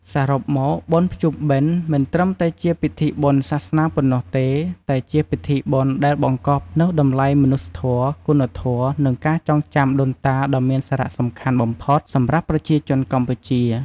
សរុបមក បុណ្យភ្ជុំបិណ្ឌ មិនត្រឹមតែជាពិធីបុណ្យសាសនាប៉ុណ្ណោះទេ តែជាពិធីបុណ្យដែលបង្កប់នូវតម្លៃមនុស្សធម៌ គុណធម៌ និងការចងចាំដូនតាដ៏មានសារៈសំខាន់បំផុតសម្រាប់ប្រជាជនកម្ពុជា។